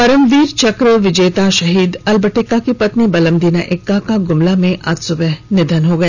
परमवीर चक्र विजेता शहीद अल्बर्ट एक्का की पत्नी बलमदीना एक्का का गुमला में आज सुबह निधन हो गया